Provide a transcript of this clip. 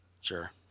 Sure